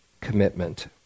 commitment